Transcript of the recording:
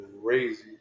crazy